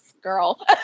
girl